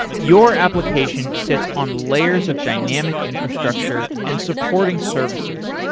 your application sits on layers of dynamic infrastructure and supporting services.